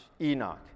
Enoch